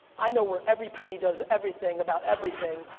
i know where every penny does everything about everything.